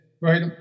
right